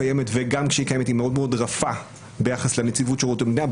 וגם כשהיא קיימת היא מאוד מאוד רפה ביחס לנציבות שירות המדינה,